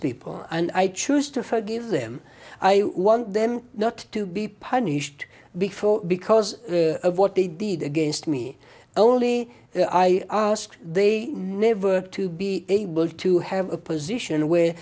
people and i choose to forgive them i want them not to be punished before because of what they did against me only their i ask they never to be able to have a position where